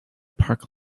park